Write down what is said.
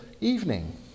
evening